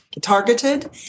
targeted